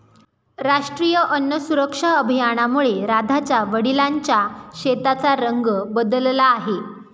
राष्ट्रीय अन्न सुरक्षा अभियानामुळे राधाच्या वडिलांच्या शेताचा रंग बदलला आहे